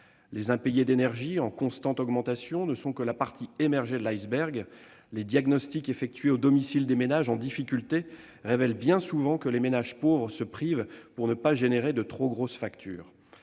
Les impayés d'énergie, en constante augmentation, ne sont que la partie émergée de l'iceberg : les diagnostics effectués au domicile des ménages en difficulté révèlent bien souvent que les ménages pauvres se privent pour ne pas avoir à régler de trop grosses factures.